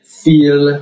feel